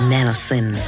Nelson